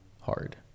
hard